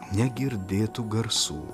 negirdėtų garsų